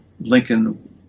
Lincoln